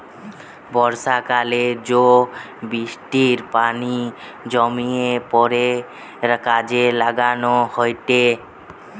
বর্ষাকালে জো বৃষ্টির পানি জমিয়ে পরে কাজে লাগানো হয়েটে